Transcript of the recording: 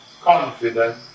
confident